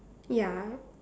ya